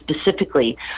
specifically